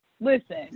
listen